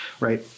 Right